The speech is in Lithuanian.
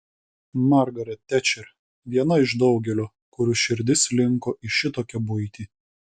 margaret tečer viena iš daugelio kurių širdis linko į šitokią buitį